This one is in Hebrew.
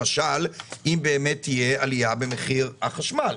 למשל, אם באמת תהיה עלייה במחיר החשמל.